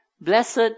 Blessed